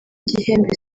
gihembe